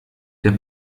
der